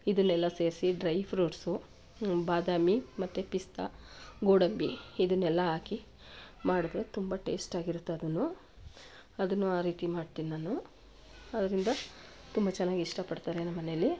ಇದನ್ನೆಲ್ಲ ಸೇರಿಸಿ dry fruits ಆಮೇಲೆ ಬಾದಾಮಿ ಮತ್ತು ಪಿಸ್ತಾ ಗೋಡಂಬಿ ಇದನ್ನೆಲ್ಲ ಹಾಕಿ ಮಾಡಿದ್ರೆ ತುಂಬ ಟೇಸ್ಟಾಗಿರುತ್ತೆ ಅದೂ ಅದನ್ನು ಆ ರೀತಿ ಮಾಡ್ತೀನಿ ನಾನು ಅದರಿಂದ ತುಂಬ ಚೆನ್ನಾಗಿ ಇಷ್ಟಪಡ್ತಾರೆ ನಮ್ಮನೇಲಿ